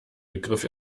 begriff